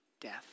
Death